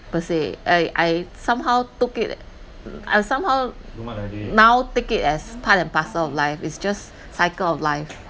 per se I I somehow took it I somehow now take it as part and parcel of life is just cycle of life